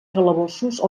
calabossos